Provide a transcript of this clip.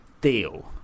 deal